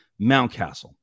Mountcastle